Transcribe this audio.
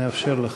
נאפשר לך.